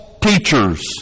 teachers